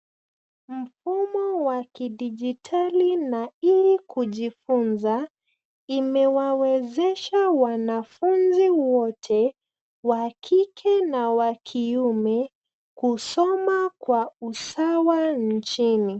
Mfumo wa kidijitali na e-kujifunza imewawezesha wanafunzi wote, wa kike na wa kiume, kusoma kwa usawa nchini.